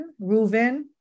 Reuven